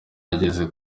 ageze